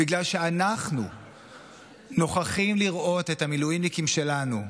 בגלל שאנחנו נוכחים לראות את המילואימניקים שלנו,